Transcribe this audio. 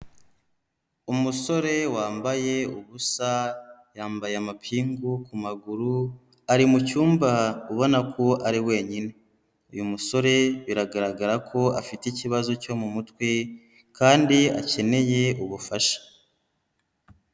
Umusore wambaye ubusa, yambaye amapingu ku maguru ari mu cyumba ubona ko ari wenyine. Uyu musore biragaragara ko afite ikibazo cyo mu mutwe kandi akeneye ubufasha.